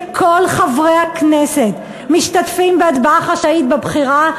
שכל חברי הכנסת משתתפים בהצבעה חשאית בבחירה,